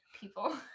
People